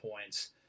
points